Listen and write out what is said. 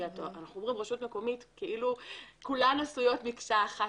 כי אנחנו מדברים על רשות מקומית כאילו כולן עשויות מקשה אחת,